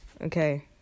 okay